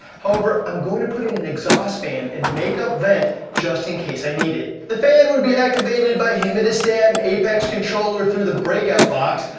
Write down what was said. however, i'm going to put in an exhaust fan and make up vent just in case i need it. the fan would be activated by a humidistat and apex controller through the breakup box,